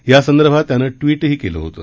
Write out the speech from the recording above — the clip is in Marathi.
यासंदर्भात त्याने ट्वीटही केलं होतं